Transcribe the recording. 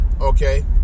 Okay